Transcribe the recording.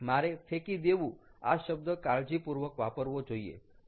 મારે ફેંકી દેવું આ શબ્દ કાળજીપૂર્વક વાપરવો જોઈએ